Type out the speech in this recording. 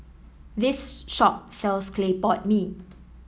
this shop sells Clay Pot Mee